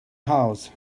house